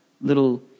little